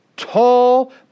tall